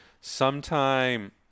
sometime